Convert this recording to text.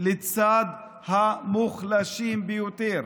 לצד המוחלשים ביותר.